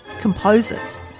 composers